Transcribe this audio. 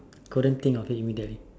couldn't think of it immediately